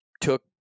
took